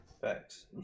Facts